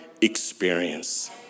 experience